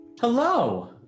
Hello